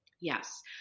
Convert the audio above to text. Yes